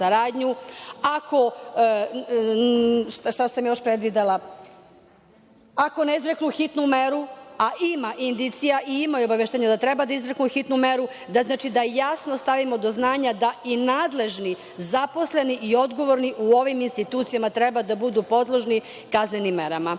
ako ne izreknu hitnu meru, a ima indicija i imaju obaveštenje da treba da izreknu hitnu meru, da jasno stavimo do znanja da i nadležni zaposleni i odgovorni u ovim institucijama treba da budu podložni kaznenim merama.